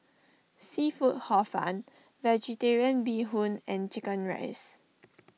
Seafood Hor Fun Vegetarian Bee Hoon and Chicken Rice